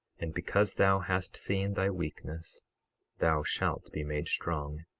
and because thou hast seen thy weakness thou shalt be made strong,